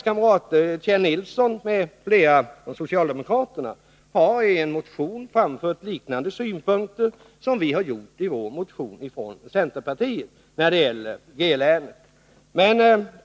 Kjell Nilsson m.fl. socialdemokrater, länskamrater med mig, har i en motion framfört liknande synpunkter som vi har andragit i vår motion från centerpartiet beträffande detta län.